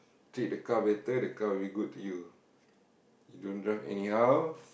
treat the car better the car will be good to you you don't drive anyhow